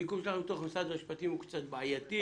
המיקום שלכם בתוך משרד המשפטים הוא קצת בעייתי,